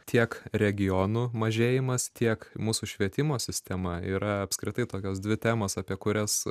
tiek regionų mažėjimas tiek mūsų švietimo sistema yra apskritai tokios dvi temos apie kurias